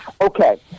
Okay